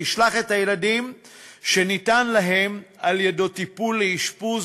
תשלח את הילדים שניתן להם בו טיפול לאשפוז